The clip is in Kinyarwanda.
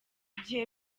gihe